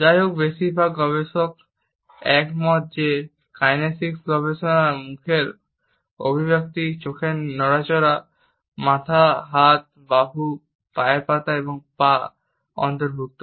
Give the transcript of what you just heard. যাইহোক বেশিরভাগ গবেষক একমত যে কাইনেসিক্সের গবেষণায় মুখের অভিব্যক্তি চোখের নড়াচড়া মাথা হাত বাহু পায়ের পাতা এবং পা অন্তর্ভুক্ত